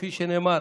כפי שנאמר,